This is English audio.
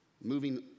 Moving